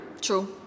True